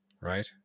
right